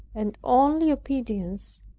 and only obedience,